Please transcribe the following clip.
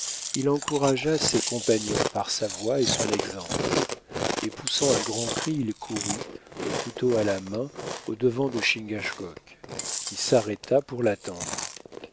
il encouragea ses compagnons par sa voix et son exemple et poussant un grand cri il courut le couteau à la main au-devant de chingachgook qui s'arrêta pour l'attendre